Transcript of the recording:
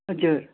हजुर